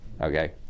okay